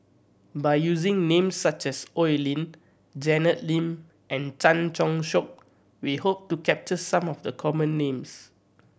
by using names such as Oi Lin Janet Lim and Chan Choy Siong we hope to capture some of the common names